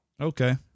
Okay